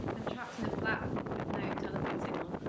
i'm trapped in a flat with no telephone signal.